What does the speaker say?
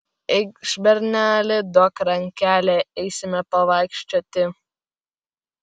eikš berneli duok rankelę eisime pavaikščioti